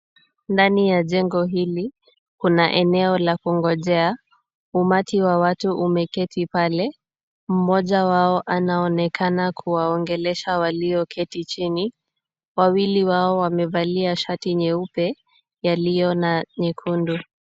Ndani ya jengo hili kuna eneo la kungojea. Umati wa watu umeketi pale. Mmoja wao anaonekana kuwaongelesha walioketi chini, wawili wao wamevalia shati nyeupe yalio na nyekundu.